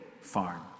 farm